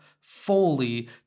fully